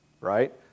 right